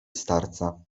starca